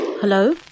Hello